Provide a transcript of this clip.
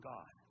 God